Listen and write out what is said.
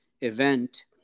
event